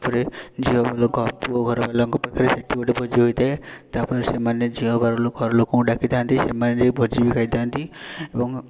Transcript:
ତା'ପରେ ଝିଅଲୋକ ପୁଅଘର ବାଲାଙ୍କ ପାଖରେ ସେଇଠି ଗୋଟେ ଭୋଜି ହୋଇଥାଏ ତା'ପରେ ସେମାନେ ଝିଅ ଘରଲୋକ ଲୋକଙ୍କୁ ଡ଼ାକିଥାନ୍ତି ସେମାନେ ଯାଇ କି ଭୋଜି ବି ଖାଇଥାନ୍ତି ଏବଂ